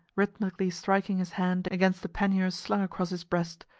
rhythmically striking his hand against the pannier slung across his breast,